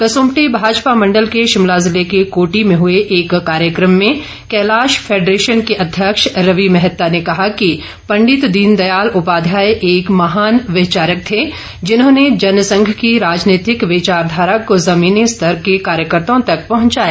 कुसुम्पटी भाजपा मंडल के शिमला जिले के कोटी में हुए एक कार्यक्रम में कैलाश फैंडरेशन के अध्यक्ष रवि मेंहता ने कहा कि पंडित दीनदयाल उपाध्याय एक मेहान विचारक थे जिन्होंने जनसंघ की राजनीतिक विचारधारा को ज़मीनी स्तर के कार्यकर्ताओं तक पहुंचाया